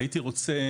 הייתי רוצה